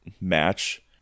match